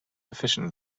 efficient